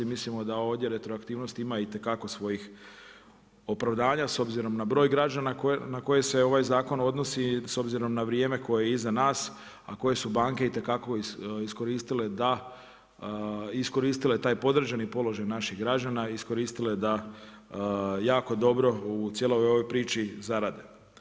Mislimo da ovdje retroaktivnost ima itekako svojih opravdanja s obzirom na broj građana na koje se ovaj zakon odnosi i s obzirom na vrijeme koje je iza nas, a koje su banke itekako iskoristile taj podređeni položaj naših građana i iskoristile da jako dobro u cijeloj ovoj priči zarade.